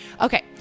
Okay